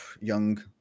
Young